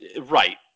Right